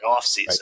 offseason